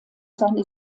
seine